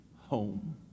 home